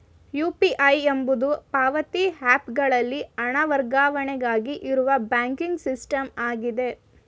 UPI ಎಂಬುದು ಪಾವತಿ app ಗಳಲ್ಲಿ ಹಣ ವರ್ಗಾವಣೆಗಾಗಿ ಇರುವ ಬ್ಯಾಂಕಿಂಗ್ ಸಿಸ್ಟಮ್ ಆಗಿದೆ